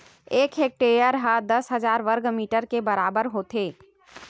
एक हेक्टेअर हा दस हजार वर्ग मीटर के बराबर होथे